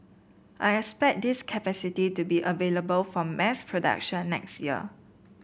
I expect this capacity to be available for mass production next year